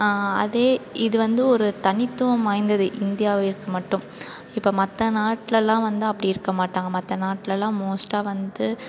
அதே இது வந்து ஒரு தனித்துவம் வாய்ந்தது இந்தியாவிற்கு மட்டும் இப்போ மற்ற நாட்டிலலாம் வந்து அப்படி இருக்க மாட்டாங்க மற்ற நாட்டிலலாம் மோஸ்ட்டாக வந்து